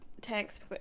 text